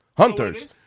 Hunters